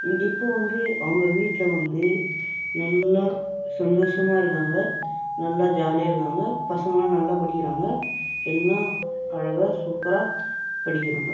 இப்போது வந்து அவங்க வீட்டில் வந்து நல்ல சந்தோஷமாக இருக்காங்க நல்லா ஜாலியாக இருக்காங்க பசங்களெலாம் நல்லா படிக்கிறாங்க எல்லாம் அழகாக சூப்பராக படிக்கிறாங்க